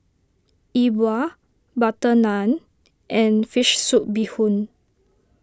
E Bua Butter Naan and Fish Soup Bee Hoon